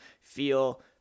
feel